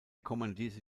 kommandierte